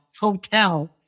hotel